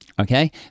Okay